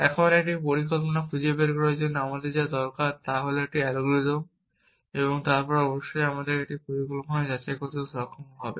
এখন একটি পরিকল্পনা খুঁজে বের করার জন্য আমার যা দরকার তা হল একটি অ্যালগরিদম এবং তারপর অবশ্যই আমাকে একটি পরিকল্পনা যাচাই করতে সক্ষম হতে হবে